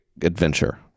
adventure